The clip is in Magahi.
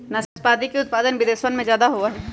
नाशपाती के उत्पादन विदेशवन में ज्यादा होवा हई